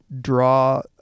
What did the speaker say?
draw